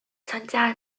参加